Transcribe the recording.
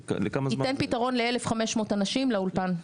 ייתן פתרון ל-1,500 אנשים לאולפן.